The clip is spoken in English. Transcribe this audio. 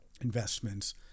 investments